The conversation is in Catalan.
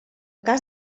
cas